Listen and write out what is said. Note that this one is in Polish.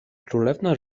królewna